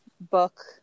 book